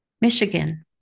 Michigan